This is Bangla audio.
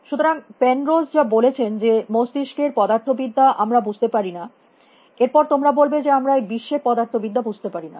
সুতরাং পেন রোস যা বলেছেন যে মস্তিস্কের পদার্থবিদ্যা আমরা বুঝতে পারি না এর পর তোমরা বলবে যে আমরা এই বিশ্বের পদার্থবিদ্যা বুঝতে পারি না